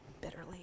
bitterly